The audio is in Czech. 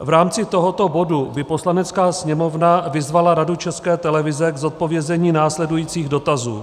V rámci tohoto bodu by Poslanecká sněmovna vyzvala Radu České televize k zodpovězení následujících dotazů: